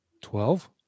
Twelve